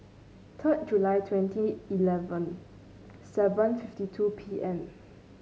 third July twenty eleven seven fifty two P M